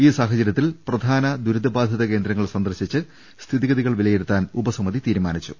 ഈ സാഹചര്യത്തിൽ പ്രധാന ദുരിതബാധിത കേന്ദ്ര ങ്ങൾ സന്ദർശിച്ച് സ്ഥിതിഗതികൾ വിലയിരുത്താൻ ഉപസമിതി തീരുമാനി ച്ചു